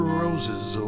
roses